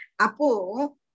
Apo